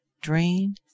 Drain